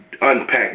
unpack